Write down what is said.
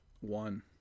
one